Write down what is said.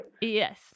Yes